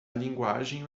linguagem